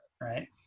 right